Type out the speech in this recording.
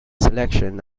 selection